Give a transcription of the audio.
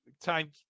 time